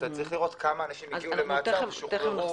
צריך לראות כמה אנשים הגיעו למעצר ושוחררו.